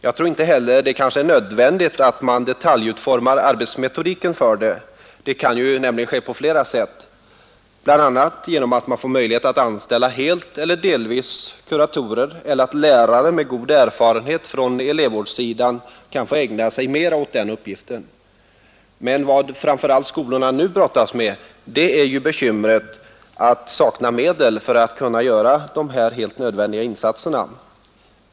Jag tror inte att det är nödvändigt att detaljutforma arbetsmetodiken för det — det kan nämligen ske pa flera sätt, bl.a. genom att man får möjlighet att på heltid eller deltid anställa kuratorer eller att lärare med god erfarenhet av elevvårdssidan kan få ägna sig mera åt den uppgiften. Men vad skolorna nu framför allt brottas med är bekymret att de saknar medel för att kunna göra sådana helt nödvändiga insatser.